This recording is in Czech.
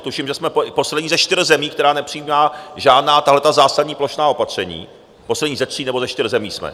Tuším, že jsme poslední ze čtyř zemí, která nepřijímá žádná zásadní plošná opatření, poslední ze tří nebo ze čtyř zemí jsme.